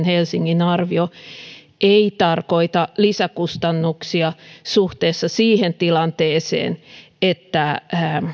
helsingin arvio neljästäsadastatuhannesta ei tarkoita lisäkustannuksia suhteessa siihen tilanteeseen että